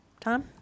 Tom